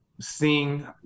seeing